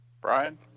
Brian